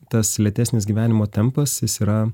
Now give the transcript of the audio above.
tas lėtesnis gyvenimo tempas jis yra